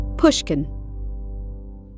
pushkin